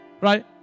Right